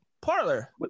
parlor